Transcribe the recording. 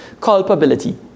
culpability